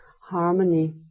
harmony